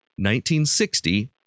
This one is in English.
1960